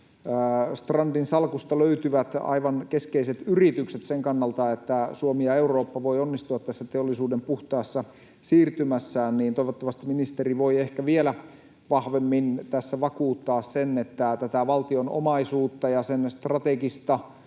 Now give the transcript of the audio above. Strandin salkusta löytyvät aivan keskeiset yritykset sen kannalta, että Suomi ja Eurooppa voivat onnistua tässä teollisuuden puhtaassa siirtymässään, toivottavasti ministeri voi ehkä vielä vahvemmin tässä vakuuttaa sen, että tätä valtion omaisuutta ja sen strategista